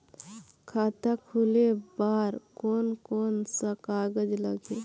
खाता खुले बार कोन कोन सा कागज़ लगही?